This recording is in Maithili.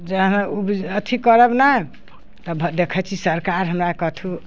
जे अगर अथी करब नहि तऽ देखै छी सरकार हमरा कथु